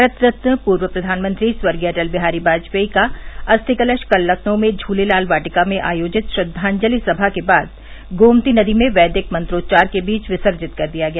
भारत रत्न पूर्व प्रवानमंत्री स्वर्गीय अटल बिहारी वाजपेई का अस्थि कलश कल लखनऊ में झूलेलाल वाटिका में आयोजित श्रद्वाजलि समा के बाद गोमती नदी में वैदिक मंत्रोच्वार के बीच विसर्जित कर दिया गया